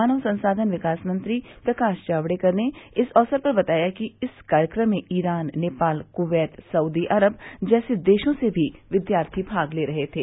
मानव संसाधन विकास मंत्री प्रकाश जावड़ेकर ने इस अवसर पर बताया कि इस कार्यक्रम में Iran Nepal Kuwait Saudi Arab जैसे देशों से भी विद्यार्थी भाग ले रहे थे